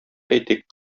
әйтик